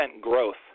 growth